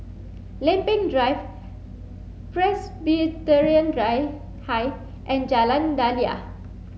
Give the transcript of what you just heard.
Lempeng Drive Presbyterian Drive High and Jalan Daliah